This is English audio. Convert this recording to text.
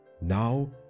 Now